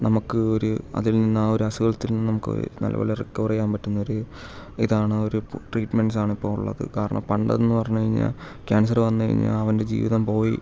നമുക്ക് ഒരു അതിൽ നിന്ന് ആ ഒരു അസുഖത്തിൽ നിന്ന് നമുക്ക് നല്ലപോലെ റിക്കവർ ചെയ്യാൻ പറ്റുന്ന ഒരു ഇതാണ് ഒരു ട്രീറ്റ്മെന്റ്സ് ആണ് ഇപ്പോൾ ഉള്ളത് കാരണം പണ്ടെന്ന് പറഞ്ഞ് കഴിഞ്ഞാൽ ക്യാൻസർ വന്ന് കഴിഞ്ഞാൽ അവൻ്റെ ജീവിതം പോയി